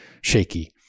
shaky